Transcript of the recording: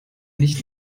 nicht